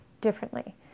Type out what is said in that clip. differently